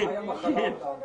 מה זו המחלה ההולנדית?